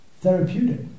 therapeutic